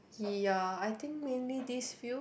he uh I think mainly this few